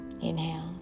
Inhale